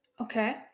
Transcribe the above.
Okay